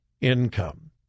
income